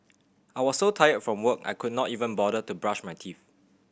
I was so tired from work I could not even bother to brush my teeth